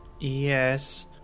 Yes